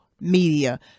media